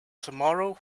tomorrow